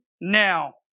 now